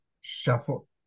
shuffle